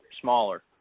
smaller